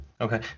Okay